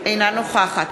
אינו נוכח לימור לבנת,